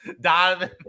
Donovan